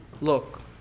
look